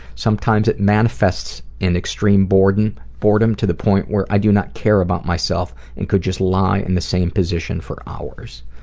sometimes it manifests in extreme boredom boredom to the point where i do not care about myself and could just lie in the same position for hours.